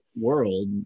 world